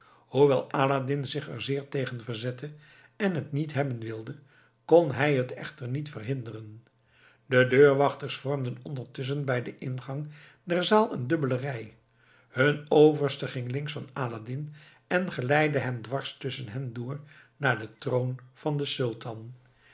hoewel aladdin zich er zeer tegen verzette en het niet hebben wilde kon hij het echter niet verhinderen de deurwachters vormden ondertusschen bij den ingang der zaal een dubbele rij hun overste ging links van aladdin en geleidde hem dwars tusschen hen door naar den troon van den sultan